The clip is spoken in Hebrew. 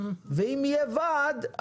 ואם יהיה ועד,